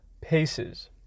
paces